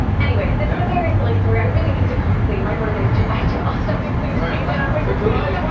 anyways, this is a very silly story. i really need to come clean. my birthday is july twelfth. somebody please change it on wikipedia! july